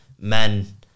men